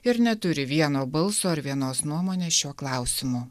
ir neturi vieno balso ar vienos nuomonės šiuo klausimu